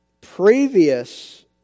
previous